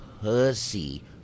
pussy